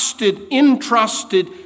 entrusted